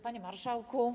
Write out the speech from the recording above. Panie Marszałku!